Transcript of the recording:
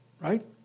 right